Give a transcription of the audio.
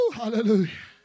hallelujah